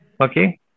Okay